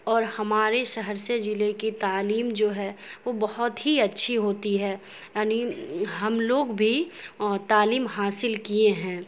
اور ہمارے شہرسے ضلعے کی تعلیم جو ہے وہ بہت ہی اچھی ہوتی ہے یعنی ہم لوگ بھی تعلیم حاصل کیے ہیں